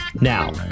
Now